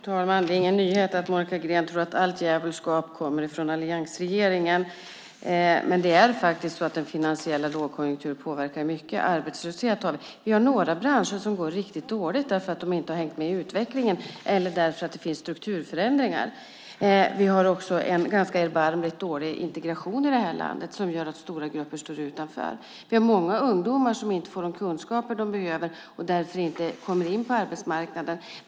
Fru talman! Det är ingen nyhet att Monica Green tror att allt djävulskap kommer från alliansregeringen, men det är faktiskt så att en finansiell lågkonjunktur påverkar arbetslösheten mycket. Vi har några branscher som går riktigt dåligt eftersom de inte har hängt med i utvecklingen eller för att det finns strukturförändringar. Vi har också en ganska erbarmligt dålig integration i det här landet som gör att stora grupper står utanför. Vi har många ungdomar som inte får de kunskaper de behöver och därför inte kommer in på arbetsmarknaden.